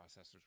processors